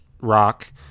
rock